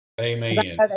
amen